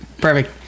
Perfect